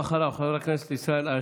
אחריו חבר הכנסת ישראל אייכלר,